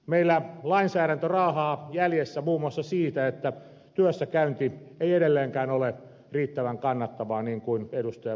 meillä lainsäädäntö raahaa jäljessä muun muassa siinä että työssäkäynti ei edelleenkään ole riittävän kannattavaa niin kuin ed